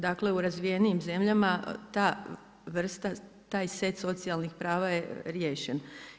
Dakle, u razvijenijim zemljama ta vrsta, taj set socijalnih prava je riješen.